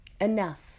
Enough